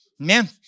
Amen